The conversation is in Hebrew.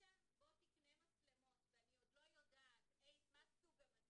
תקנה מצלמות, אני עוד לא יודעת מה סוג המצלמות,